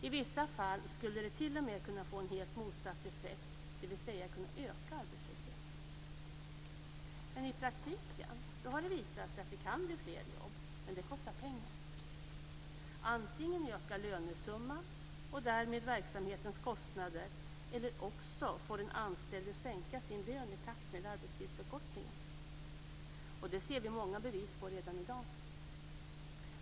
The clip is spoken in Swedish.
I vissa fall skulle det t.o.m. kunna få en helt motsatt effekt, dvs. kunna öka arbetslösheten. I praktiken har det visat sig att det kan bli fler jobb, men det kostar pengar. Antingen ökar lönesumman och därmed verksamhetens kostnader eller också får den anställde sänka sin lön i takt med arbetstidsförkortningen. Det ser vi många bevis på redan i dag.